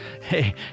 Hey